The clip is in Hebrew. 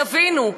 תבינו.